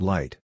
Light